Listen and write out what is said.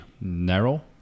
narrow